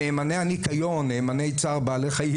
מנאמני הניקיון, נאמני צער בעלי חיים.